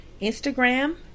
Instagram